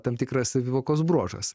tam tikra savivokos bruožas